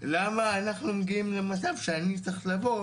למה אנחנו מגיעים למצב שאני צריך לבוא